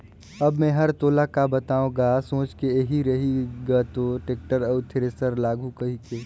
अब मे हर तोला का बताओ गा सोच के एही रही ग हो टेक्टर अउ थेरेसर लागहूँ कहिके